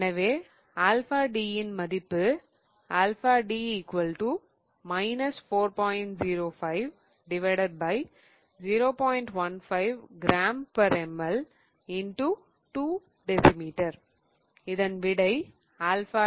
எனவே alpha D இன் மதிப்பு இதன் விடை 13